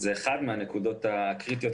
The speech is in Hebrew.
זו אחת הנקודות הקריטיות.